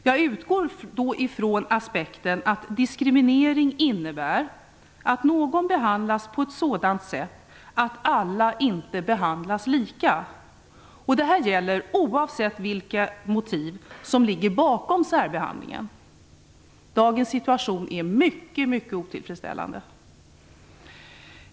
Jag utgår då från aspekten att diskriminering innebär att någon behandlas på ett sådant sätt att alla inte behandlas lika. Det här gäller oavsett vilka motiv som ligger bakom särbehandlingen. Dagens situation är mycket mycket otillfredsställande.